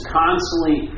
constantly